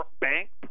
bank